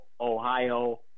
Ohio